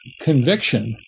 conviction